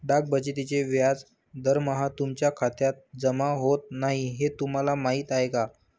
डाक बचतीचे व्याज दरमहा तुमच्या खात्यात जमा होत नाही हे तुम्हाला माहीत आहे का?